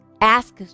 ask